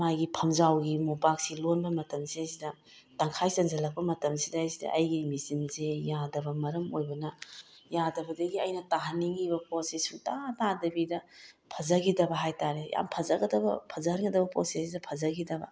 ꯃꯥꯒꯤ ꯐꯝꯖꯥꯎꯒꯤ ꯃꯣꯝꯄꯥꯛꯁꯤ ꯂꯣꯟꯕ ꯃꯇꯝꯁꯤꯗꯩꯁꯤꯗ ꯇꯪꯈꯥꯏ ꯆꯟꯁꯤꯜꯂꯛꯄ ꯃꯇꯝꯁꯤꯗꯩꯗ ꯑꯩꯒꯤ ꯃꯦꯆꯤꯟꯁꯦ ꯌꯥꯗꯕ ꯃꯔꯝ ꯑꯣꯏꯕꯅ ꯌꯥꯗꯕꯗꯒꯤ ꯑꯩꯅ ꯇꯥꯍꯟꯅꯤꯡꯉꯤꯕ ꯄꯣꯠꯁꯤ ꯁꯨꯡꯇꯥ ꯇꯥꯗꯕꯤꯗ ꯐꯥꯖꯈꯤꯗꯕ ꯍꯥꯏ ꯇꯥꯔꯦ ꯌꯥꯝ ꯐꯖꯒꯗꯕ ꯐꯖꯍꯟꯒꯗꯕ ꯄꯣꯠꯁꯤꯗꯩꯁꯤꯗ ꯐꯖꯈꯤꯗꯕ